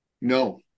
No